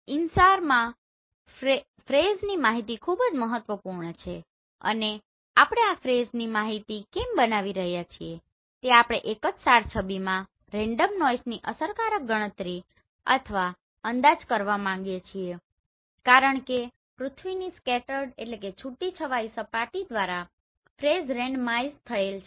InSAR માં ફેઝની માહિતી ખૂબ જ મહત્વપૂર્ણ છે અને આપણે આ ફેઝની માહિતી કેમ બનાવી રહ્યા છીએ તે આપણે એક જ SAR છબીમાં રેન્ડમ નોઈસની અસરકારક ગણતરી અથવા અંદાજ કરવા માંગીએ છીએ કારણ કે પૃથ્વીની સ્કેટર્ડ Scatteredછૂટીછવાયી સપાટી દ્વારા ફેઝ રેન્ડમાઇઝ થયેલ છે